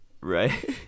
Right